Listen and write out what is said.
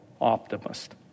optimist